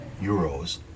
euros